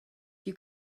you